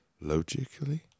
Logically